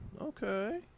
okay